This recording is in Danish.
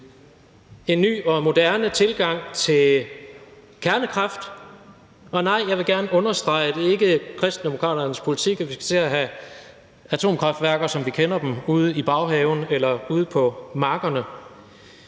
en ny og moderne tilgang til kernekraft. Og nej, jeg vil gerne understrege, at det ikke er Kristendemokraternes politik, at vi skal til at have atomkraftværker, som vi kender dem, ude i baghaven eller ude på markerne.